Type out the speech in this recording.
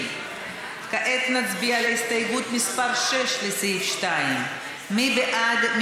כעת נצביע על הסתייגות מס' 6, לסעיף 2. מי בעד?